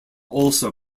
also